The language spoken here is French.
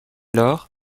lors